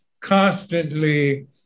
constantly